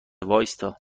وایستا